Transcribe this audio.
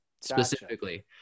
specifically